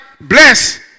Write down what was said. bless